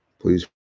Please